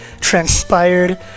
transpired